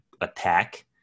attack